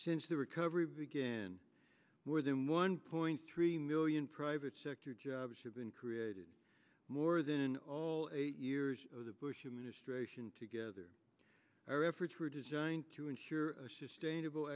since the recovery began more than one point three million private sector jobs have been created more than in all eight years of the bush administration together our efforts were designed to ensure a sustainable